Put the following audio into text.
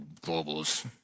globals